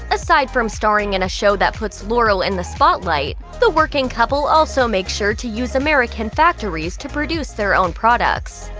aside from starring in a show that puts laurel in the spotlight, the working couple also makes sure to use american factories to produce their own products.